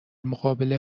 مقابل